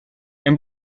hem